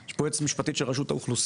יש פה יועצת משפטית של רשות האוכלוסין?